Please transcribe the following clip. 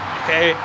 okay